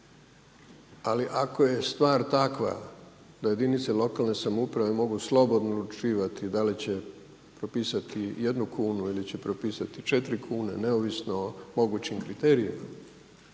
Ali ako je stvar takva da jedinice lokalne samouprave mogu slobodno odlučivati da li će propisati jednu kunu ili će propisati četiri kune neovisno o mogućim kriterijima